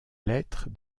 lettre